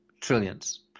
trillions